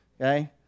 Okay